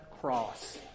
cross